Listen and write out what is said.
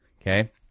okay